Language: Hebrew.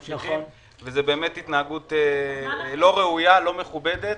ממשיכים, זאת באמת התנהגות לא ראויה ולא מכובדת.